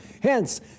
Hence